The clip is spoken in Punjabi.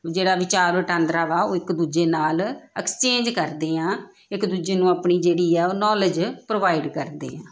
ਜਿਹੜਾ ਵੀ ਵਿਚਾਰ ਵਟਾਂਦਰਾ ਵਾ ਉਹ ਇੱਕ ਦੂਜੇ ਨਾਲ ਐਕਸਚੇਂਜ ਕਰਦੇ ਹਾਂ ਇੱਕ ਦੂਜੇ ਨੂੰ ਆਪਣੀ ਜਿਹੜੀ ਆ ਉਹ ਨੌਲੇਜ ਪ੍ਰੋਵਾਈਡ ਕਰਦੇ ਹਾਂ